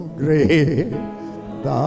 great